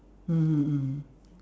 mmhmm mm